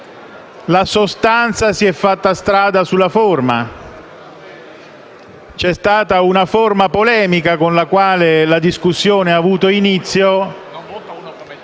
la sostanza si è fatta strada sulla forma. C'è stata una forma polemica con la quale la discussione ha avuto inizio